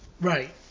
Right